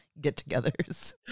get-togethers